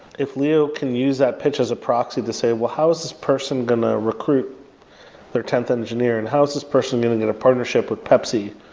if leo can use that pitch as a proxy to say, well, how is this person going to recruit their tenth engineer, and how is this person going to get a partnership with pepsi,